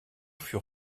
fut